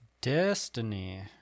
destiny